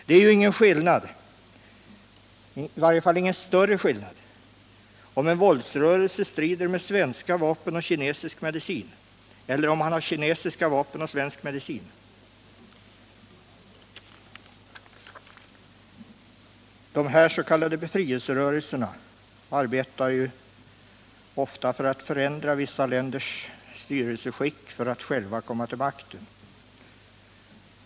Det är ju ingen större skillnad om en våldsrörelse strider med svenska vapen och kinesisk medicin eller om man har kinesiska vapen och svensk medicin. Dessa s.k. befrielserörelser arbetar ofta för att förändra vissa länders styrelseskick och för att själva komma till makten.